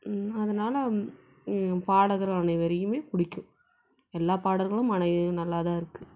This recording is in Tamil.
அதனால் பாடகர் அனைவரையும் பிடிக்கும் எல்லா பாடல்களும் நல்லாதான் இருக்குது